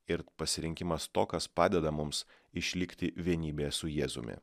ir pasirinkimas to kas padeda mums išlikti vienybėje su jėzumi